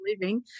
living